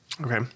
Okay